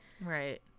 right